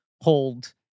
hold